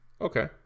Okay